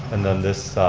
and then this